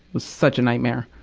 was such a nightmare.